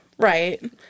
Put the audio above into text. Right